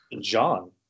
John